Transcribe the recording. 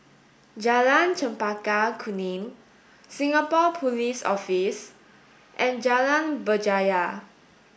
Jalan Chempaka Kuning Singapore Police Office and Jalan Berjaya